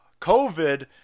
COVID